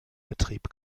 betrieb